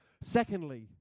Secondly